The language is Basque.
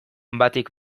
batik